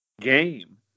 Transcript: game